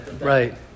right